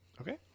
Okay